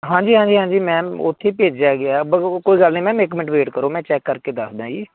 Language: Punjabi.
ਹਾਂਜੀ ਹਾਂਜੀ ਹਾਂਜੀ ਮੈਮ ਉੱਥੇ ਭੇਜਿਆ ਗਿਆ ਵਾ ਉਹ ਕੋਈ ਗੱਲ ਨਹੀਂ ਮੈਮ ਇੱਕ ਮਿੰਟ ਵੇਟ ਕਰੋ ਮੈਂ ਚੈੱਕ ਕਰਕੇ ਦੱਸਦਾ ਜੀ